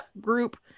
group